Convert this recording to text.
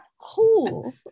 cool